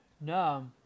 No